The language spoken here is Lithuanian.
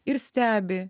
ir stebi